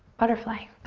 butterfly,